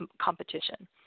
competition